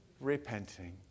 repenting